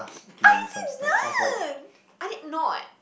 I didn't I did not